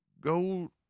go